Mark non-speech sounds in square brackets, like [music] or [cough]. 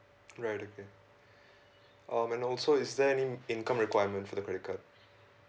[breath] um and also is there any income requirement for the credit card